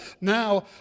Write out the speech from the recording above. now